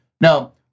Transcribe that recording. Now